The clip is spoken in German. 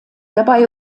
dabei